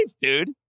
dude